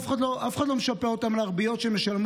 אף אחד לא משפה אותם על הריביות שהם ישלמו